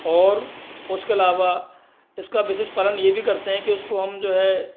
और उसके अलावा इसका विशेष पालन ये भी करते हैं कि उसको हम जो है